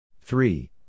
Three